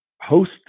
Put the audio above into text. host